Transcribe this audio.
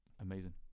Amazing